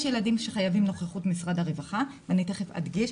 יש ילדים שחייבים נוכחות משרד הרווחה, ואני אדגיש.